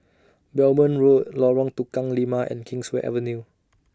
Belmont Road Lorong Tukang Lima and Kingswear Avenue